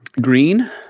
Green